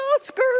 Oscar